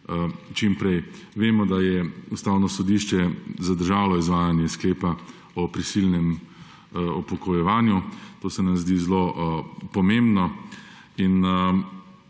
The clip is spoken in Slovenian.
čim prej. Vemo, da je Ustavno sodišče zadržalo izvajanje sklepa o prisilnem upokojevanju. To se nam zdi zelo pomembno.